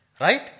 Right